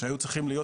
שהיו צריכים להיות,